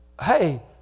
hey